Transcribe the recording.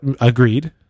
agreed